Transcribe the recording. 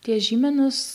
tie žymenys